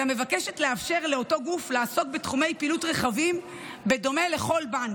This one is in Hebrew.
אלא מבקשת לאפשר לאותו גוף לעסוק בתחומי פעילות רחבים בדומה לבל בנק.